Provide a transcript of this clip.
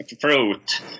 fruit